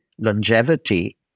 Longevity